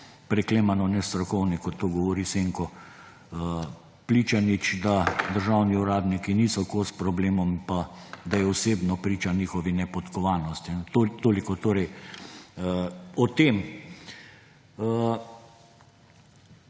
preklemano nestrokovni, kot to govori Senko Pličanič, da državni uradniki niso kos problemom in da je osebno priča njihovi nepodkovanosti. Toliko torej o tem.